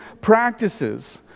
practices